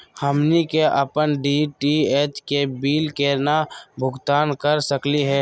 हमनी के अपन डी.टी.एच के बिल केना भुगतान कर सकली हे?